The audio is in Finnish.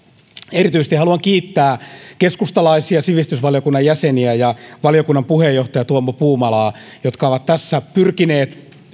erityisesti haluan kiittää keskustalaisia sivistysvaliokunnan jäseniä ja valiokunnan puheenjohtaja tuomo puumalaa jotka ovat tässä pyrkineet